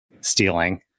stealing